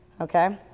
Okay